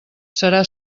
serà